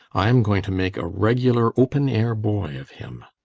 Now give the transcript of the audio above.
i am going to make a regular open-air boy of him.